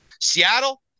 Seattle